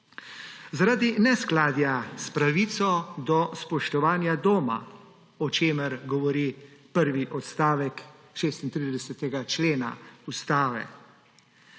zaradi neskladja s pravico do spoštovanja doma, o čemer govori prvi odstavek 36. člena Ustave.